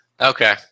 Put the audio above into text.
Okay